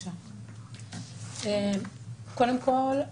יוון שהאישה לא הסכימה לתנאים של הבעל בנושא הרכושי --- כדאי שתצייני